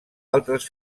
altres